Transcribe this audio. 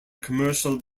commercial